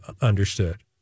understood